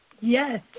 Yes